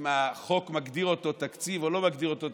אם החוק מגדיר אותו תקציב או לא מגדיר אותו תקציב,